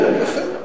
יפה,